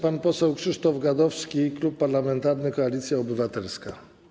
Pan poseł Krzysztof Gadowski, Klub Parlamentarny Koalicja Obywatelska.